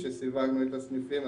כשסיווגנו את הסניפים,